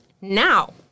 now